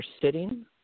sitting